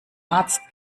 arzt